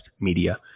Media